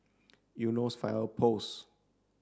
Eunos Fire Post